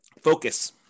Focus